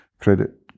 credit